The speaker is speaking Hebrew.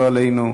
לא עלינו,